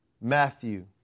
Matthew